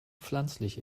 pflanzlich